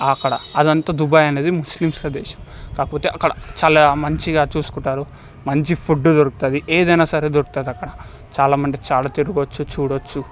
అక్కడ అదంతా దుబాయ్ అనేది ముస్లిమ్స్ దేశం కాకపోతే అక్కడ చాలా మంచిగా చూసుకుంటారు మంచి ఫుడ్ దొరుకుతది ఏదైనాసరే దొరుకుతుంది అక్కడ చాలామంది చాలా తిరగొచ్చు చూడొచ్చు